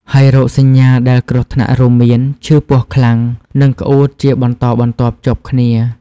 ហើយរោគសញ្ញាដែលគ្រោះថ្នាក់រួមមាន ឈឺពោះខ្លាំង និងក្អួតជាបន្តបន្ទាប់ជាប់គ្នា។